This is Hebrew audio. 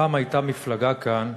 פעם הייתה מפלגה כאן,